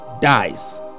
dies